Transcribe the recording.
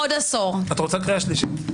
את רוצה קריאה שלישית?